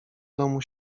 domu